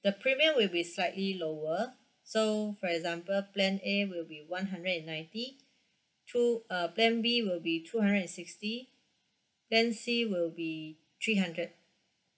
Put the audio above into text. the premium will be slightly lower so for example plan A will be one hundred and ninety two uh plan B will be two hundred and sixty plan C will be three hundred